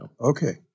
Okay